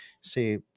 say